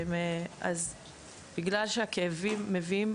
אז בגלל שהכאבים מביאים,